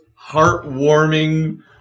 heartwarming